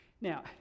Now